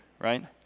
right